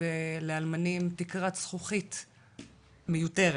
ולאלמנים תקרת זכוכית מיותרת.